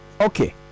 Okay